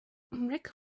rick